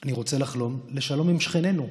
אני רוצה לחלום, לשלום עם שכנינו,